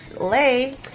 Lay